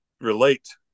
relate